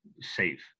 safe